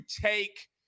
take